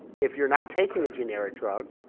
if you're not taking a generic drug,